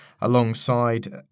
alongside